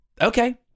Okay